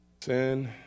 Sin